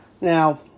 Now